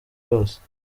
yose